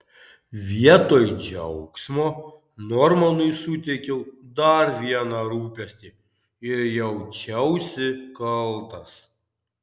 vietoj džiaugsmo normanui suteikiau dar vieną rūpestį ir jaučiausi kaltas